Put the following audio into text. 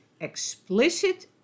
explicit